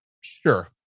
sure